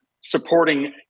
supporting